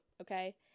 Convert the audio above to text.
okay